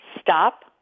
Stop